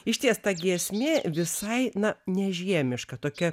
išties ta giesmė visai na nežiemiška tokia